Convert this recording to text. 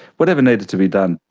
whatever needed to be done.